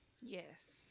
Yes